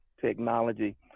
technology